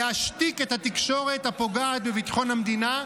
להשתיק את התקשורת הפוגעת בביטחון המדינה,